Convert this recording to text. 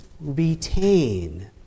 retain